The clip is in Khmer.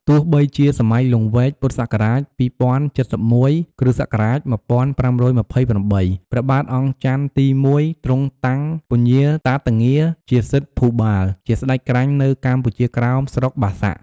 ទោះបីជា សម័យលង្វែក ព.ស ២០៧១ គ.ស ១៥២៨ ព្រះបាទអង្គចន្ទទី១ ទ្រង់តាំងពញាតាតងារជាស្និទ្ធិភូបា ជាស្តេចក្រាញ់នៅកម្ពុជាក្រោម ស្រុក បាសាក់។